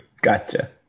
Gotcha